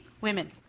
women